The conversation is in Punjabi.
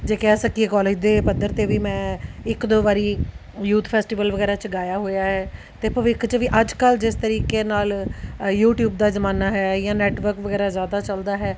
ਜੇ ਕਹਿ ਸਕੀਏ ਕਾਲਜ ਦੇ ਪੱਧਰ 'ਤੇ ਵੀ ਮੈਂ ਇੱਕ ਦੋ ਵਾਰੀ ਯੂਥ ਫੈਸਟੀਵਲ ਵਗੈਰਾ 'ਚ ਗਾਇਆ ਹੋਇਆ ਹੈ ਅਤੇ ਭਵਿੱਖ 'ਚ ਵੀ ਅੱਜ ਕੱਲ੍ਹ ਜਿਸ ਤਰੀਕੇ ਨਾਲ ਅ ਯੂਟਿਊਬ ਦਾ ਜਮਾਨਾ ਹੈ ਜਾਂ ਨੈਟਵਰਕ ਵਗੈਰਾ ਜ਼ਿਆਦਾ ਚੱਲਦਾ ਹੈ